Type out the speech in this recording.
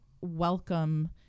welcome